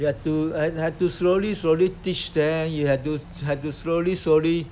you have to have to slowly slowly teach them you have to slowly slowly